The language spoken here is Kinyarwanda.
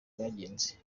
bwagenze